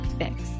fix